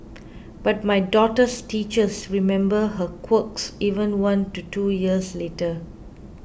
but my daughter's teachers remember her quirks even one to two years later